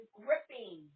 gripping